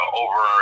over